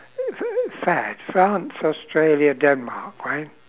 fad france australia denmark right